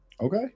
okay